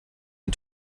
den